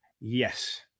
Yes